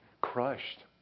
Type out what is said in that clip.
Crushed